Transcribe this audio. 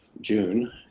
June